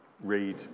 read